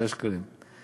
5 שקלים.